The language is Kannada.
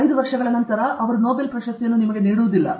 5 ವರ್ಷಗಳ ನಂತರ ಅವರು ನೊಬೆಲ್ ಪ್ರಶಸ್ತಿಯನ್ನು ನೀಡುವುದಿಲ್ಲ